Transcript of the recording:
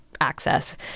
access